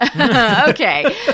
Okay